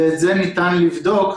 ואת זה ניתן לבדוק,